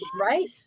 Right